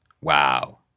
wow